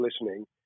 listening